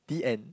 the end